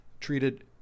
treated